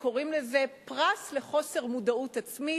קוראים לזה פרס על חוסר מודעות עצמית.